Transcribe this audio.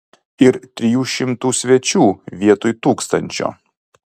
ir trijų šimtų svečių vietoj tūkstančio